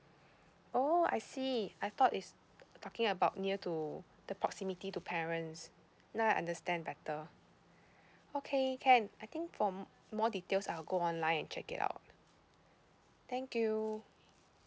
oh I see I thought is talking about near to the proximity to parents now I understand better okay can I think for more details I'll go online and check it out thank you